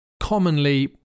commonly